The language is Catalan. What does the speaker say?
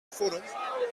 fòrum